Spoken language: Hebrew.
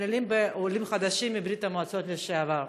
מתעללים בעולים חדשים מברית המועצות לשעבר.